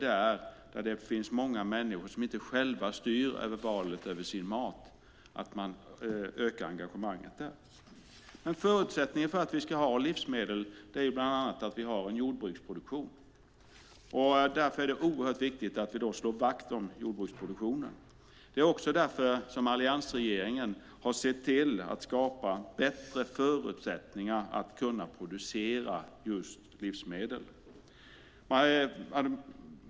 Där finns det ju många människor som inte själva styr över valet av sin mat. Det handlar om att öka engagemanget där. Men förutsättningen för att vi ska ha livsmedel är bland annat att vi har en jordbruksproduktion. Därför är det viktigt att vi slår vakt om jordbruksproduktionen. Det är också därför som alliansregeringen har sett till att skapa bättre förutsättningar för att kunna producera just livsmedel.